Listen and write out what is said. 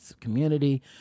community